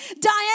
Diane